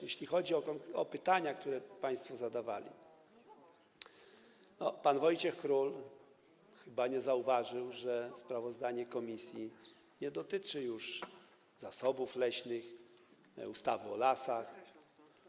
Jeśli chodzi o pytania, które państwo zadawali, pan Wojciech Król chyba nie zauważył, że sprawozdanie komisji nie dotyczy już zasobów leśnych, ustawy o lasach.